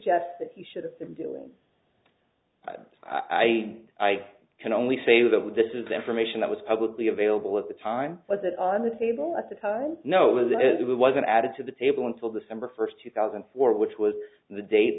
suggest that he should be doing i i can only say that this is the information that was publicly available at the time was it on the table at the time no it was it wasn't added to the table until december first two thousand and four which was the date